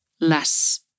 less